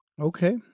okay